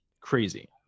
crazy